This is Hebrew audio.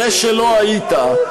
אחרי שלא היית,